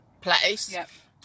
place